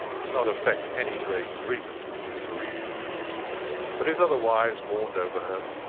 did not affect any great grief at his bereavement but his other wives mourned over her,